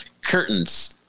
Curtains